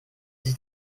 sich